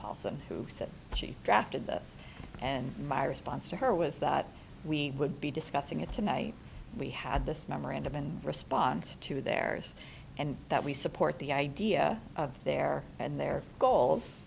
paulson who said she drafted this and my response to her was that we would be discussing it tonight we had this memorandum in response to there and that we support the idea of their and their goals